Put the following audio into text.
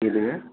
எதுங்க